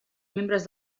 membres